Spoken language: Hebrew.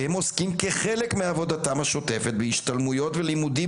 כחלק מעבודתם השוטפת הם עוסקים בהשתלמויות ובלימודים